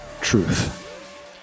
truth